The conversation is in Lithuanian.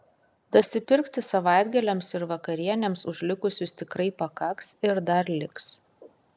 dasipirkti savaitgaliams ir vakarienėms už likusius tikrai pakaks ir dar liks